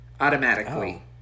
automatically